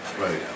Right